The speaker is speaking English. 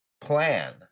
plan